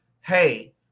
Hey